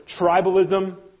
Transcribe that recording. tribalism